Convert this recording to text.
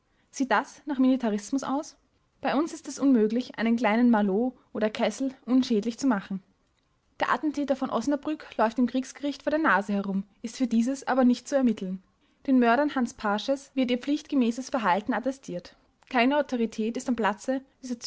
sieht das nach militarismus aus bei uns ist es unmöglich einen kleinen marloh oder kessel unschädlich zu machen der attentäter von osnabrück läuft dem kriegsgericht vor der nase herum ist für dieses aber nicht zu ermitteln den mördern hans paasches wird ihr pflichtgemäßes verhalten attestiert keine autorität ist am platze